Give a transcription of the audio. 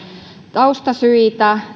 taustasyitä